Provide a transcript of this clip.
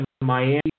Miami